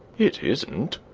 it isn't!